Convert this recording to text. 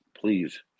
please